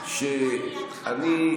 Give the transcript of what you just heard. שערורייה.